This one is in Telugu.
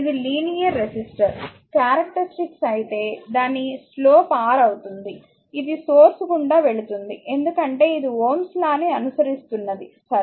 ఇది లినియర్ రెసిస్టర్ క్యారెక్టరెస్టిక్స్ అయితే దాని స్లోప్ R అవుతుంది ఇది సోర్స్ గుండా వెళుతుంది ఎందుకంటే ఇది Ω's లాΩ's lawని అనుసరిస్తున్నది సరే